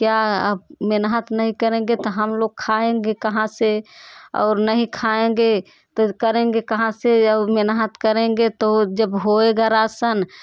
क्या आप मेहनत नहीं करेंगे तो हम लोग खाएँगे कहाँ से और नहीं खाएँगे तो करेंगे कहाँ से और मेहनत करेंगे तो जब होएगा रासन